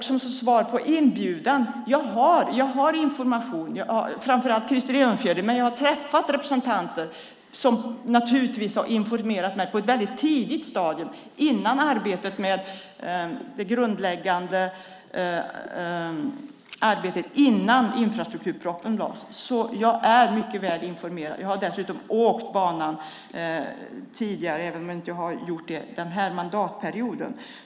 Som svar på inbjudan vill jag säga att jag har information från framför allt Krister Örnfjäder, och jag har också träffat representanter som på ett tidigt stadium, innan infrastrukturpropositionen lades fram, informerade mig. Jag har dessutom åkt banan, även om jag inte gjort det under denna mandatperiod.